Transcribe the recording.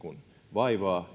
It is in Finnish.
vaivaa